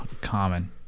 common